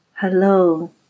Hello